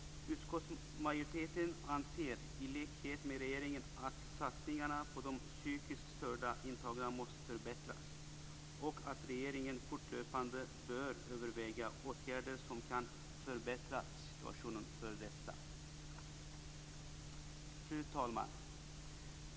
Utskottsmajoriteten anser, i likhet med regeringen, att satsningarna på de psykiskt störda intagna måste förbättras och att regeringen fortlöpande bör överväga åtgärder som kan förbättra situationen för dessa. Fru talman!